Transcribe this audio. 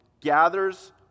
gathers